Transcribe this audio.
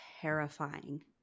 terrifying